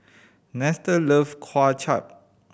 Nestor love Kway Chap